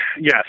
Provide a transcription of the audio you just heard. yes